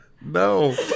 No